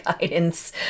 guidance